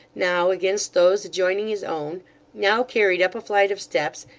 now against those adjoining his own now carried up a flight of steps,